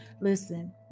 Listen